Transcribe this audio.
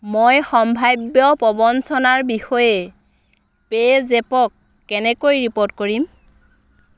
মই সম্ভাৱ্য প্ৰৱঞ্চনাৰ বিষয়ে পে' জেপক কেনেকৈ ৰিপ'ৰ্ট কৰিম